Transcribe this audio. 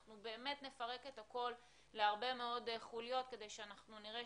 אנחנו באמת נפרק את הכל להרבה מאוד חוליות כדי שנראה